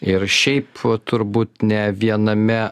ir šiaip turbūt ne viename